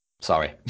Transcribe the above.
Sorry